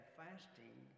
fasting